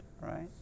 right